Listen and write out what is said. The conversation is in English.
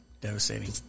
Devastating